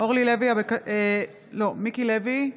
מיקי לוי,